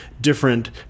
different